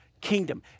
kingdom